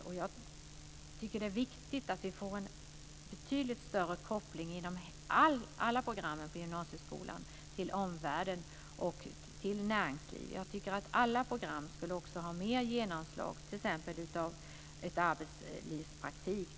Och jag tycker att det är viktigt att vi inom alla program i gymnasieskolan får en betydligt större koppling till omvärlden och till näringslivet. Jag tycker att alla program också skulle ha större inslag av t.ex. arbetslivspraktik.